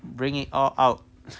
bring it all out